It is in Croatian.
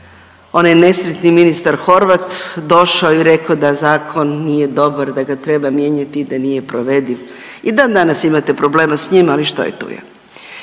onaj nesretni ministar Horvat došao i rekao da zakon nije dobar, da ga treba mijenjati i da nije provediv. I dan danas imate problema s njim, ali što je, tu je.